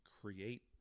create